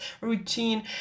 routine